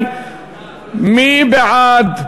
מי בעד?